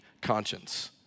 conscience